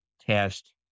test